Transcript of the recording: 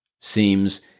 Seems